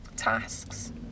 tasks